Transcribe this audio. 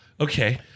Okay